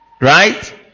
right